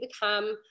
become